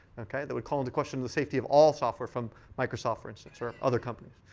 ok? that would call into question the safety of all software from microsoft, for instance, or other companies.